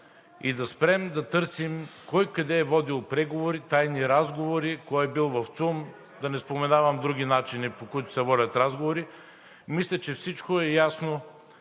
и да спрем да търсим кой къде е водил преговори, тайни разговори, кой е бил в ЦУМ, а да не споменавам други начини, по които се водят разговори. Мисля, че всичко е ясно